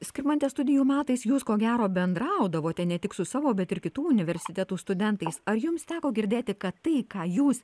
skirmante studijų metais jūs ko gero bendraudavote ne tik su savo bet ir kitų universitetų studentais ar jums teko girdėti kad tai ką jūs